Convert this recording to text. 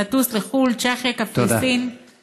לטוס לחול, צ'כיה, קפריסין, תודה.